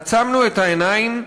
עצמנו את העיניים,